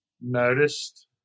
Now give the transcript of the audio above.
noticed